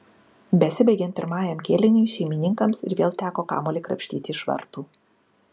besibaigiant pirmajam kėliniui šeimininkams ir vėl teko kamuolį krapštyti iš vartų